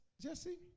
Jesse